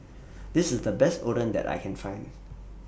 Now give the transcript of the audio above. This IS The Best Oden that I Can Find